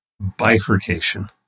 bifurcation